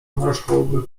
naruszałoby